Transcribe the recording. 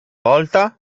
volta